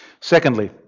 Secondly